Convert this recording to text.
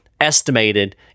estimated